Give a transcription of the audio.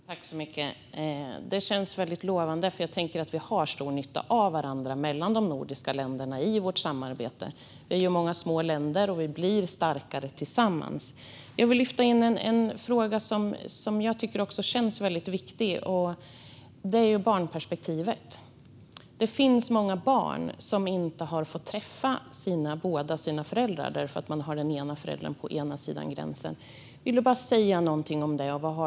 Fru talman! Det känns väldigt lovande, för jag tror att vi i de nordiska länderna har stor nytta av varandra i vårt samarbete. Vi är ju flera små länder, och vi blir starkare tillsammans. Jag vill lyfta in en fråga som jag tycker känns väldigt viktig. Den gäller barnperspektivet. Det finns många barn som inte har fått träffa båda sina föräldrar därför att den ena föräldern finns på andra sidan gränsen. Vill du bara säga någonting om detta, Anna Hallberg?